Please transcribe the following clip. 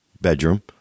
bedroom